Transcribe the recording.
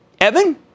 Evan